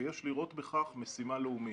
ויש לראות בכך משימה לאומה.